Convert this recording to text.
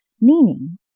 Meaning